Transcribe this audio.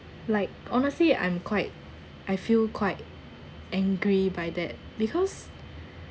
like honestly I'm quite I feel quite angry by that because